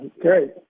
great